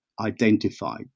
identified